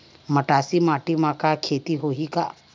मटासी माटी म के खेती होही का?